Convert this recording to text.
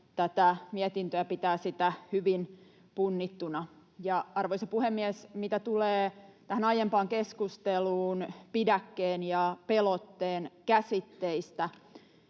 tätä mietintöä ja pitää sitä hyvin punnittuna. Arvoisa puhemies! Mitä tulee tähän aiempaan keskusteluun pidäkkeen ja pelotteen käsitteistä,